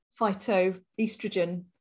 phytoestrogen